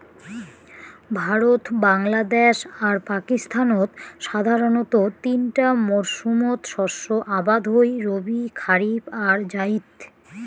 ভারত, বাংলাদ্যাশ আর পাকিস্তানত সাধারণতঃ তিনটা মরসুমত শস্য আবাদ হই রবি, খারিফ আর জাইদ